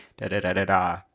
da-da-da-da-da